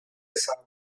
sahagún